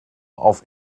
auf